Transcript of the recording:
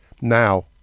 now